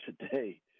today